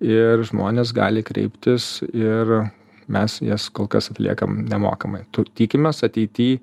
ir žmonės gali kreiptis ir mes jas kol kas atliekam nemokamai to tikimės ateity